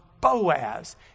Boaz